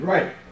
Right